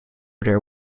their